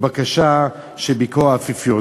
או בקשה לרגל ביקור האפיפיור.